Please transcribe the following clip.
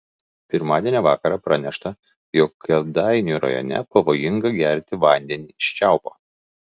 pirmadienio vakarą pranešta jog kėdainių rajone pavojinga gerti vandenį iš čiaupo